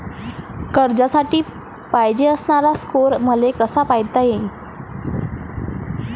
कर्जासाठी पायजेन असणारा स्कोर मले कसा पायता येईन?